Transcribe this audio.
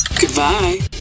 Goodbye